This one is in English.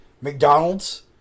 McDonald's